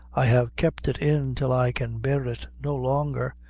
i have kept it in till i can bear it no longer.